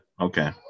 Okay